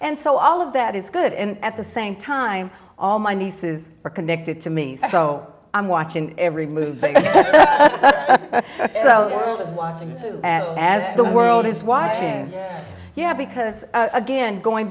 and so all of that is good and at the same time all my nieces are connected to me so i'm watching every move so is watching as the world is watching yeah because again going